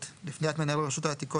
נוסח החוק מפנה ספציפית